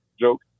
joke